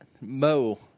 Mo